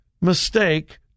mistake